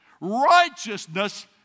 Righteousness